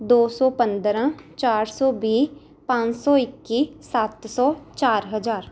ਦੋ ਸੌ ਪੰਦਰਾਂ ਚਾਰ ਸੌ ਵੀਹ ਪੰਜ ਸੌ ਇੱਕੀ ਸੱਤ ਸੌ ਚਾਰ ਹਜ਼ਾਰ